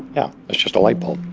yeah. it's just a light bulb,